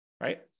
right